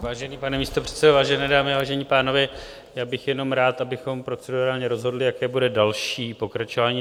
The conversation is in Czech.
Vážený pane místopředsedo, vážené dámy, vážení pánové, já bych jenom rád, abychom procedurálně rozhodli, jaké bude další pokračování.